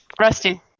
Rusty